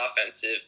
offensive